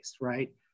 right